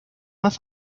más